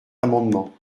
amendement